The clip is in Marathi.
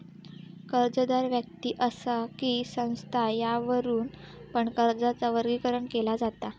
कर्जदार व्यक्ति असा कि संस्था यावरुन पण कर्जाचा वर्गीकरण केला जाता